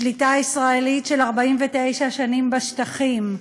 שליטה ישראלית של 49 שנים בשטחים,